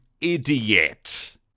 idiot